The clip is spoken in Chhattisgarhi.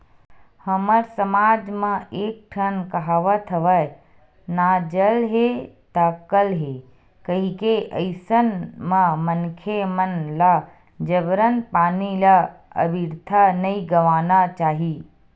हमर समाज म एक ठन कहावत हवय ना जल हे ता कल हे कहिके अइसन म मनखे मन ल जबरन पानी ल अबिरथा नइ गवाना चाही